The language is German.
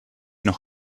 noch